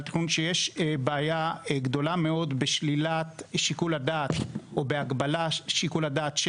התכנון שיש בעיה גדולה מאוד בשלילת שיקול הדעת או בהגבלת שיקול הדעת,